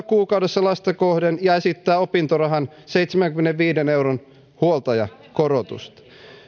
kuukaudessa lasta kohden ja esittää opintorahaan seitsemänkymmenenviiden euron huoltajakorotusta